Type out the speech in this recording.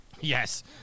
Yes